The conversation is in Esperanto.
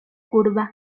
kurba